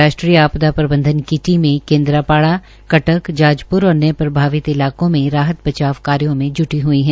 राष्ट्रीय आपदा प्रबंधन की टीमें केन्द्रापाड़ा कटक जाजप्र और अन्य प्रभावित इलाकों में राहत बचाव कार्य में जुटी है